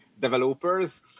Developers